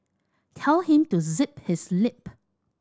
tell him to zip his lip